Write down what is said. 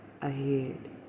ahead